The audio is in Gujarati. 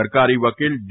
સરકારી વકીલ ડી